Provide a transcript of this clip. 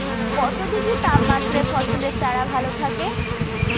কত ডিগ্রি তাপমাত্রায় ফসলের চারা ভালো থাকে?